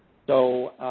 so,